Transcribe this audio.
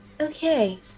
Okay